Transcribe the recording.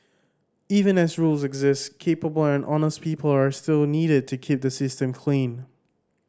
even as rules exist capable and honest people are still needed to keep the system clean